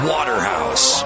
Waterhouse